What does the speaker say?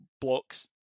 blocks